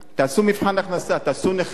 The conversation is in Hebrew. תעשו מבחן הכנסה, תעשו לנכים.